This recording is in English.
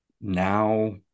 now